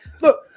look